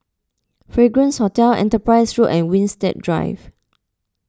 Fragrance Hotel Enterprise Road and Winstedt Drive